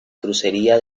crucería